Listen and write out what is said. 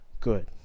good